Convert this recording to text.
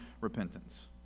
repentance